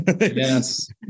Yes